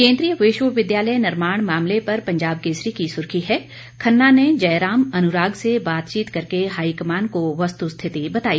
केंद्रीय विश्वविद्यालय निर्माण मामले पर पंजाब केसरी की सुर्खी है खन्ना ने जयराम अनुराग से बातचीत करके हाईकमान को वस्तुस्थिति बताई